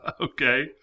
Okay